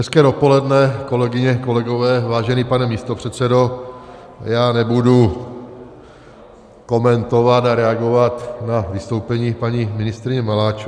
Hezké dopoledne, kolegyně, kolegové, vážený pane místopředsedo, já nebudu komentovat a reagovat na vystoupení paní ministryně Maláčové.